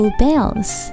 bells